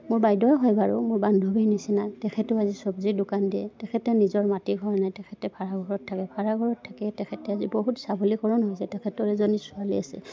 মোৰ বাইদেউৱে হয় বাৰু মোৰ বান্ধৱীৰ নিচিনা তেখেততেও আজি চব্জি দোকান দিয় তেখেতে নিজৰ মাটি ঘৰ নাই তেখেতে ভাড়া ঘৰত থাকে ভাড়া ঘৰত থাকিয়েই তেখেতে আজি বহুত সবলীকৰণ হৈছে তেখেতৰ এজনী ছোৱালী আছে